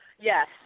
Yes